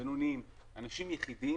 בינוניים, אנשים יחידים